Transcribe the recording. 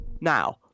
Now